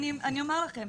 אני אומר לכם,